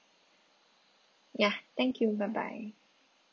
ya thank you bye bye